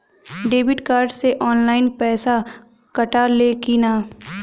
Debit card से online पैसा कटा ले कि ना?